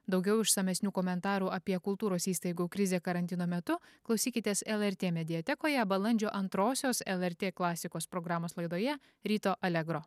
daugiau išsamesnių komentarų apie kultūros įstaigų krizę karantino metu klausykitės lrt mediatekoje balandžio antrososios lrt klasikos programos laidoje ryto alegro